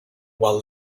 while